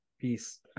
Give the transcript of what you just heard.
Peace